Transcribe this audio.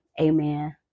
amen